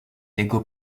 lego